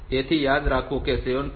તેથી યાદ રાખો કે 7